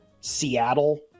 seattle